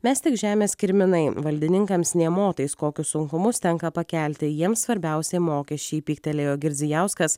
mes tik žemės kirminai valdininkams nė motais kokius sunkumus tenka pakelti jiems svarbiausi mokesčiai pyktelėjo girdzijauskas